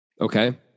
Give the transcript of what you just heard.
Okay